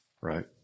right